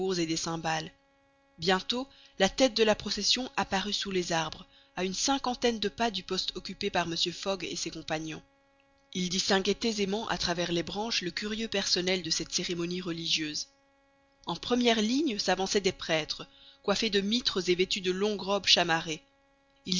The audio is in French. et des cymbales bientôt la tête de la procession apparut sous les arbres à une cinquantaine de pas du poste occupé par mr fogg et ses compagnons ils distinguaient aisément à travers les branches le curieux personnel de cette cérémonie religieuse en première ligne s'avançaient des prêtres coiffés de mitres et vêtus de longues robes chamarrées